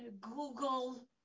Google